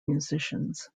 musicians